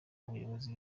abayobozi